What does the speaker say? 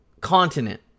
continent